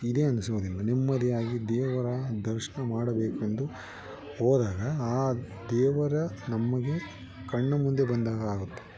ಇದೇ ಅನ್ನಿಸೋದಿಲ್ಲ ನೆಮ್ಮದಿಯಾಗಿ ದೇವರ ದರ್ಶನ ಮಾಡಬೇಕೆಂದು ಹೋದಾಗ ಆ ದೇವರ ನಮಗೆ ಕಣ್ಣು ಮುಂದೆ ಬಂದ ಆಗುತ್ತೆ